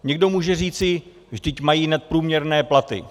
Někdo může říci, vždyť mají nadprůměrné platy.